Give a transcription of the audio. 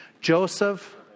Joseph